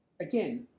Again